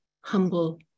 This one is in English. humble